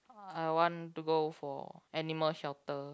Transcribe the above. I want to go for animal shelter